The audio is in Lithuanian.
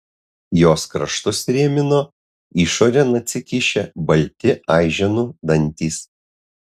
jos kraštus rėmino išorėn atsikišę balti aiženų dantys